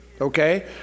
Okay